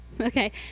Okay